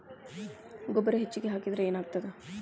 ಗೊಬ್ಬರ ಹೆಚ್ಚಿಗೆ ಹಾಕಿದರೆ ಏನಾಗ್ತದ?